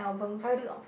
I have